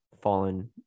fallen